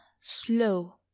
slow